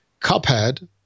Cuphead